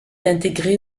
intégré